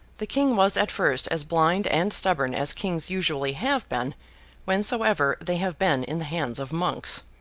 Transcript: the king was at first as blind and stubborn as kings usually have been whensoever they have been in the hands of monks.